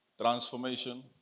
Transformation